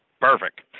Perfect